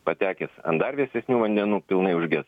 patekęs an dar vėsesnių vandenų pilnai užges